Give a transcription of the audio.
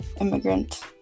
immigrant